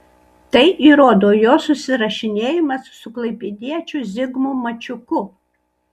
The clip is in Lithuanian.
tai įrodo jo susirašinėjimas su klaipėdiečiu zigmu mačiuku